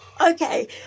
Okay